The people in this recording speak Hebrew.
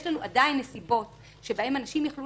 יש לנו עדיין נסיבות שבהן אנשים יכלו